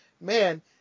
man